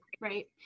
right